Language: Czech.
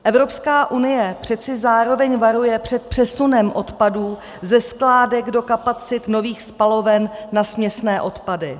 Evropská unie přece zároveň varuje před přesunem odpadů ze skládek do kapacit nových spaloven na směsné odpady.